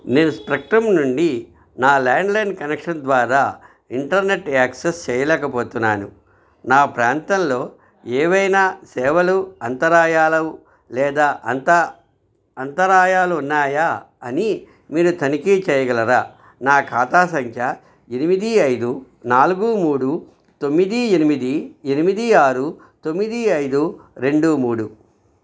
నేను స్పెక్ట్రం నుండి నా ల్యాండ్లైన్ కనెక్షన్ ద్వారా ఇంటర్నెట్ యాక్సెస్ చేయలేకపోతున్నాను నా ప్రాంతంలో ఏవైనా సేవలు అంతరాయాలు లేదా అంతరాయాలు ఉన్నాయా అని మీరు తనిఖీ చేయగలరా నా ఖాతా సంఖ్య ఎనిమిది ఐదు నాలుగు మూడు తొమ్మిది ఎనిమిది ఎనిమిది ఆరు తొమ్మిది ఐదు రెండు మూడు